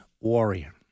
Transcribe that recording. Warrior